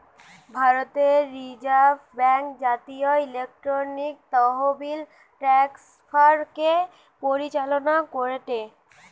ভারতের reserve bank জাতীয় electronic তহবিল ট্রান্সফার কে পরিচালনা করেটে